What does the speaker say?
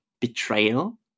betrayal